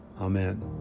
Amen